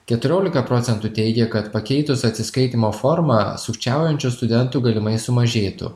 keturiolika procentų teigia kad pakeitus atsiskaitymo formą sukčiaujančių studentų galimai sumažėtų